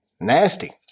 Nasty